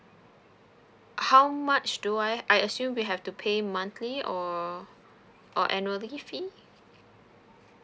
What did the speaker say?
how much do I I assume we have to pay monthly or or annually fee